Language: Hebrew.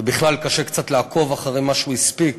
ובכלל קשה קצת לעקוב אחרי מה שהוא הספיק